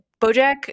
Bojack